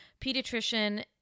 pediatrician